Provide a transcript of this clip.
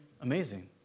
amazing